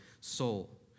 soul